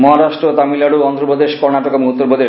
মহারাট্ট তামিলনাডু অন্ধপ্রদেশ কর্ণাটক এবং উত্তরপ্রদেশ